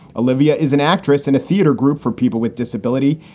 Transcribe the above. olivia is an actress in a theater group for people with disability.